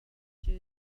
juice